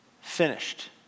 finished